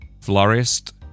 florist